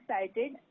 excited